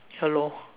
ya lor